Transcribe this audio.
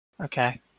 okay